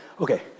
Okay